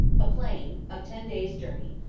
a plain, of ten days' journey,